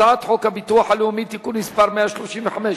הצעת חוק הביטוח הלאומי (תיקון מס' 135),